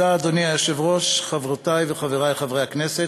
אדוני היושב-ראש, חברותי וחברי חברי הכנסת,